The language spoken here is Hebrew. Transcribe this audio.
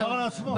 הוא אמר על עצמו.